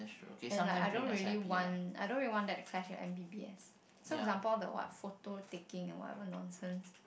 then like I don't really want I don't really want that to crash your M_B_B_S so example all the what phototaking and whatever nonsense